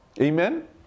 Amen